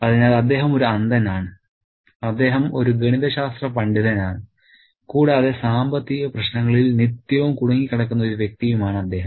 അതിനാൽ അദ്ദേഹം ഒരു അന്ധനാണ് അദ്ദേഹം ഒരു ഗണിതശാസ്ത്ര പണ്ഡിതനാണ് കൂടാതെ സാമ്പത്തിക പ്രശ്നങ്ങളിൽ നിത്യവും കുടുങ്ങിക്കിടക്കുന്ന ഒരു വ്യക്തിയുമാണ് അദ്ദേഹം